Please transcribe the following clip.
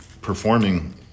performing